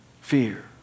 Fear